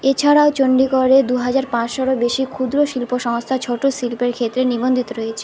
এছাড়াও চণ্ডীগড়ে দু হাজার পাঁচশোরও বেশি ক্ষুদ্র শিল্প সংস্থা ছােট শিল্পের ক্ষেত্রে নিবন্ধিত রয়েছে